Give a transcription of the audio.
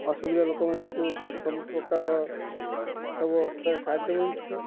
ଅସୁବିଧା ଲୋକମାନଙ୍କୁ ସବୁ ପ୍ରକାରର ସବୁ ଅବସ୍ଥାରେ ସାହାଯ୍ୟ ମିଳୁଛି